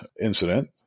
incident